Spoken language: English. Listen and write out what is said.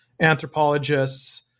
anthropologists